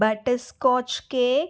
butter scotch cake